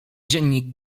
dziennik